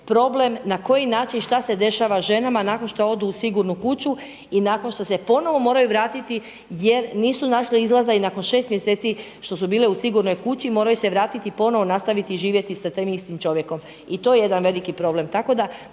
problem na koji način, šta se dešava ženama nakon što odu u sigurnu kuću i nakon što se ponovno moraju vratiti jer nisu našle izlaza. I nakon 6 mjeseci što su bile u sigurnoj kući moraju se vratiti i ponovo nastaviti živjeti sa tim istim čovjekom. I to je jedan veliki problem,